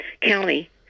County